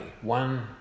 one